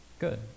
Good